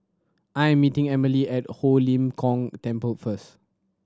I'm meeting Emelie at Ho Lim Kong Temple first